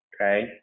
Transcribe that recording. okay